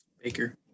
Baker